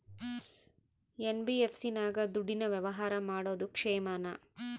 NBFC ನಾಗ ದುಡ್ಡಿನ ವ್ಯವಹಾರ ಮಾಡೋದು ಕ್ಷೇಮಾನ?